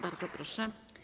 Bardzo proszę.